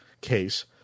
case